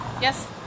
Yes